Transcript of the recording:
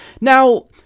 Now